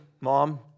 Mom